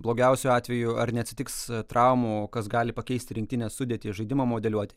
blogiausiu atveju ar neatsitiks traumų kas gali pakeisti rinktinės sudėtį žaidimą modeliuoti